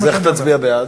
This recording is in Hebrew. אז איך תצביע בעד?